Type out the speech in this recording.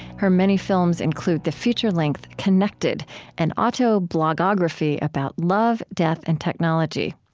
her many films include the feature-length connected an autoblogography about love, death, and technology.